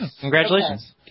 Congratulations